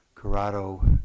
Corrado